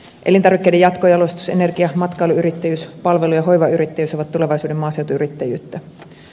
elintarvikkeiden jatkojalostus energia matkailuyrittäjyys palvelu ja hoivayrittäjyys ovat tulevaisuuden maaseutuyrittäjyyttä